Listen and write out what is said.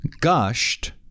gushed